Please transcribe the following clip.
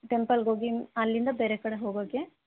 ಟೆಂಪಲ್ಗೋಗಿ ಅಲ್ಲಿಂದ ಬೇರೆ ಕಡೆ ಹೋಗೋಕ್ಕೆ